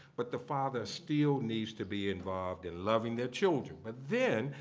but the father still needs to be involved in loving their children. but then,